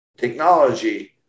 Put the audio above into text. technology